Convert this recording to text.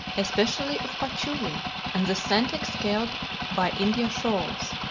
especially of patchouli and the scent exhaled by india shawls.